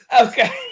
Okay